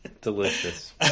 Delicious